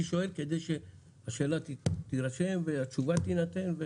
שואל כדי שהשאלה תירשם והתשובה תינתן.